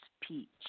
peach